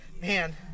Man